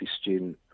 student